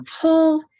pull